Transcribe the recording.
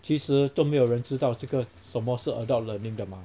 其实都没有人知道这个什么是 adult learning 的嘛